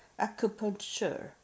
acupuncture